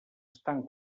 estan